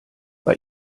bei